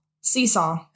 Seesaw